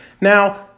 Now